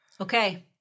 Okay